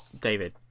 David